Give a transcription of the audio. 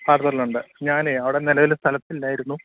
പാറത്തോട്ടിൽ ഉണ്ട് ഞാനെ അവിടെ നിലവിൽ സ്ഥലത്തില്ലായിരുന്നു